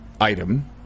item